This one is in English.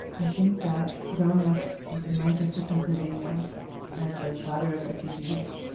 i think that growing up, like in lancaster, pennsylvania as a daughter of refugees,